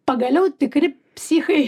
pagaliau tikri psichai